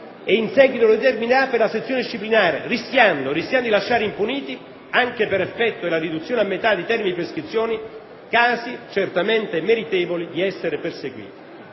e in seguito lo determinerà per la sezione disciplinare, rischiando di lasciare impuniti, anche per effetto della riduzione a metà dei termini di prescrizione, casi certamente meritevoli di essere perseguiti.